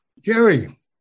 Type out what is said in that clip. Jerry